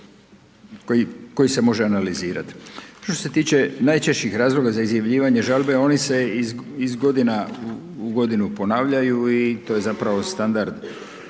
koji se može analizirat. Što se tiče najčešćih razloga za izjavljivanje žalbe oni se iz godina u godinu ponavljaju i to je zapravo standard